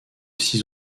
six